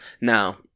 Now